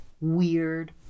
weird